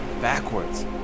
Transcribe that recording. backwards